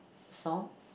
song